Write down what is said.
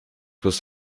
was